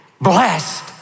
blessed